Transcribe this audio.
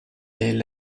est